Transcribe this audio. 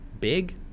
big